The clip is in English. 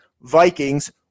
Vikings